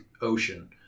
ocean